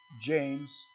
James